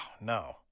no